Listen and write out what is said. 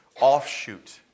offshoot